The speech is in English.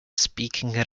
speaking